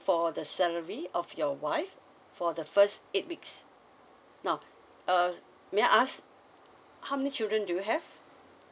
for the salary of your wife for the first eight weeks now uh may I ask how many children do you have